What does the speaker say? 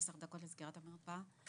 עשר דקות לסגירת המרפאה.